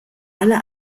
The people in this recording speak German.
alle